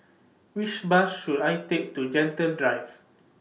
Which Bus should I Take to Gentle Drive